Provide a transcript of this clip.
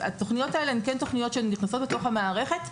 התכניות האלה הן כן תכניות שנכנסות לתוך המערכת.